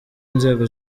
inzego